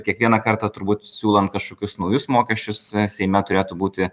kiekvieną kartą turbūt siūlant kažkokius naujus mokesčius seime turėtų būti